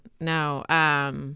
No